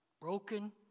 Broken